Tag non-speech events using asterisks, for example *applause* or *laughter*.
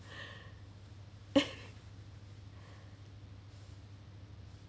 *laughs*